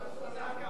ניצן.